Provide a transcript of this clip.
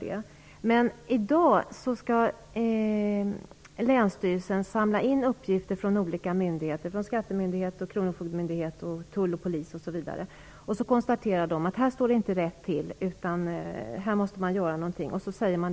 Men som det är i dag skall länsstyrelsen samla in uppgifter från olika myndigheter - från skattemyndighet, kronofogdemyndighet, tull, polis osv. De konstaterar att det inte står rätt till utan något måste göras.